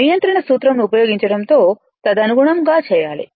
నియంత్రణ సూత్రం ను ఉపయోగించడంతో తదనుగుణంగా చేయాలి